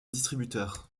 distributeur